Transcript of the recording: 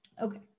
Okay